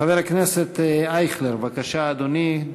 חבר הכנסת אייכלר בבקשה, אדוני.